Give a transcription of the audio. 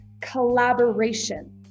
collaboration